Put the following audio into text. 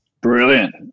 Brilliant